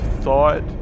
thought